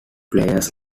players